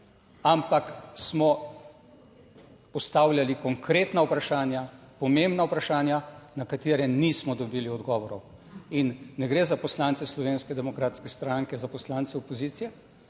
ampak smo postavljali konkretna vprašanja, pomembna vprašanja na katera nismo dobili odgovorov. In ne gre za poslance Slovenske demokratske stranke, za poslance opozicije,